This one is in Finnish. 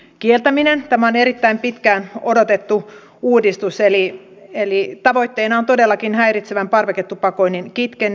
tämä on erittäin pitkään odotettu uudistus eli tavoitteena on todellakin häiritsevän parveketupakoinnin kitkeminen